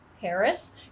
Harris